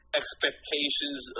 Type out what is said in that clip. expectations